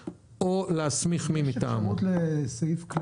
ברגע שיש נציגי ציבור, זה תוקע כל